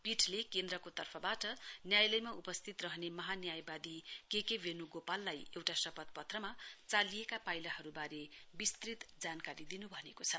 पीठले केन्द्रको तर्फबाट न्यायालयमा उपस्थित रहने महान्यायवादी के के बेन्गोपाललाई एउटा शपथ पत्रमा चालिएका पाइलाहरूबारे विस्तृत जानकारी दिन् भनेको छ